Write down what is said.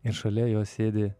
ir šalia jo sėdi